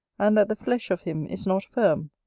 and that the flesh of him is not firm,